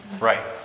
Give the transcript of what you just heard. Right